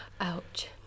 Ouch